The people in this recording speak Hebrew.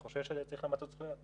אנחנו חושבים שצריך למצות זכויות.